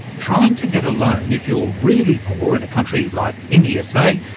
trying to get a loan if you're really poor in a country like india, say,